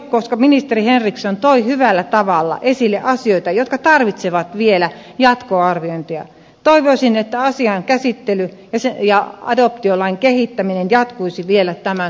koska ministeri henriksson toi hyvällä tavalla esille asioita jotka tarvitsevat vielä jatkoarviointia toivoisin että asian käsittely ja adoptiolain kehittäminen jatkuisivat vielä tämän hallituskauden aikana